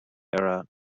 era